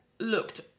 looked